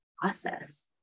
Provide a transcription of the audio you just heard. process